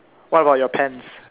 what about your pants